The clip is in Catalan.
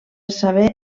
saber